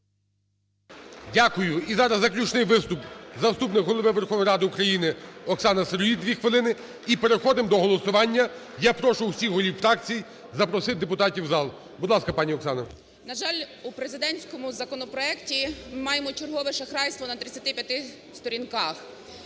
Дякую. І зараз заключний виступ. Заступник Голови Верховної Ради України Оксана Сироїд, 2 хвилини. І переходимо до голосування. Я прошу усіх голів фракцій запросити депутатів в зал. Будь ласка, пані Оксана. 12:14:39 СИРОЇД О.І. На жаль, у президентському законопроекті ми маємо чергове шахрайство на 35 сторінках.